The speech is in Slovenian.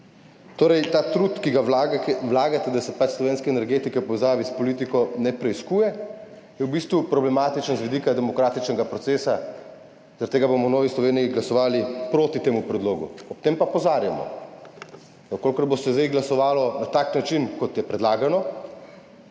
vi. Ta trud, ki ga vlagate, da se slovenska energetika v povezavi s politiko ne preiskuje, je v bistvu problematičen z vidika demokratičnega procesa, zaradi tega bomo v Novi Sloveniji glasovali proti temu predlogu. Ob tem pa opozarjamo, če se bo zdaj glasovalo na tak način, kot je predlagano,